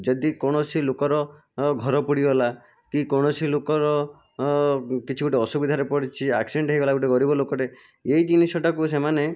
ଯଦି କୌଣସି ଲୋକର ଘର ପୋଡ଼ିଗଲା କି କୌଣସି ଲୋକର କିଛି ଗୋଟିଏ ଅସୁବିଧାରେ ପଡ଼ିଛି ଆକ୍ସିଡେଣ୍ଟ ହୋଇଗଲା ଗୋଟିଏ ଗରିବ ଲୋକଟେ ଏହି ଜିନିଷଟାକୁ ସେମାନେ